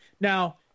Now